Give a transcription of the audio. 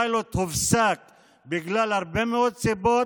אבל הוא הופסק בגלל הרבה מאוד סיבות.